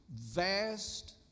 Vast